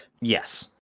Yes